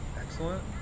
excellent